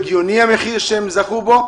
שהמחיר שהם זכו בו לא הגיוני.